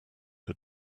had